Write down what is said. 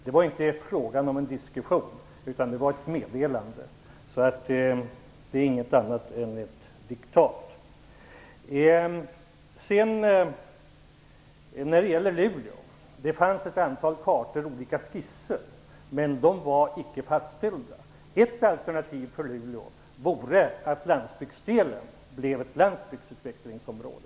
Det var inte fråga om någon diskussion. Det var ett meddelande. Det är inte något annat än ett diktat. När det gäller Luleå fanns det ett antal kartor och skisser, men de var inte fastställda. Ett alternativ vore att landsbygdsdelen blev ett landsbygdsutvecklingsområde.